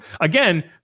again